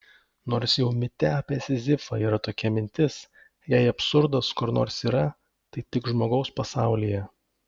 nors jau mite apie sizifą yra tokia mintis jei absurdas kur nors yra tai tik žmogaus pasaulyje